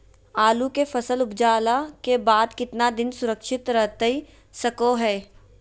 आलू के फसल उपजला के बाद कितना दिन सुरक्षित रहतई सको हय?